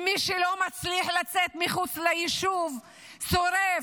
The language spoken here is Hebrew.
ומי שלא מצליח לצאת מחוץ ליישוב שורף